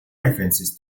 references